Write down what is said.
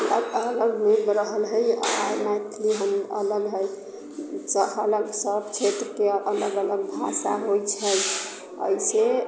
आगा रहल हय आर मैथिली हम अलग होयसँ अलग सभ क्षेत्रके अलग अलग भाषा होइत छै एहिसे